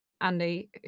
Andy